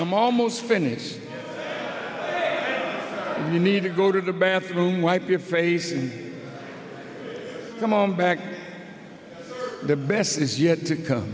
i'm almost finished you need to go to the bathroom wipe your face come on back the best is yet to come